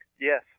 Yes